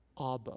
Abba